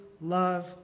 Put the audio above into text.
love